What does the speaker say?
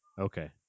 Okay